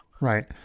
right